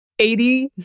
80